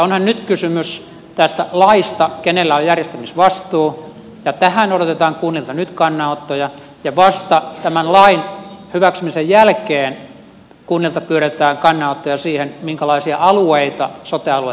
onhan nyt kysymys tästä laista kenellä on järjestämisvastuu ja tähän odotetaan kunnilta nyt kannanottoja ja vasta tämän lain hyväksymisen jälkeen kunnilta pyydetään kannanottoja siihen minkälaisia alueita sote alueita he haluavat muodostaa